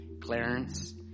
Clarence